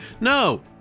no